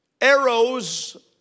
arrows